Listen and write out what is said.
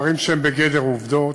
דברים שהם בגדר עובדות,